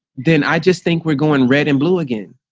then i just think we're going red and blue again,